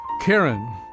Karen